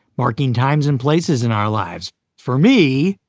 marking times and places in our lives for me,